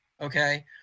okay